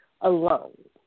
alone